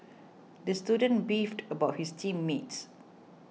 the student beefed about his team mates